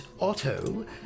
Otto